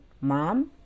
Mom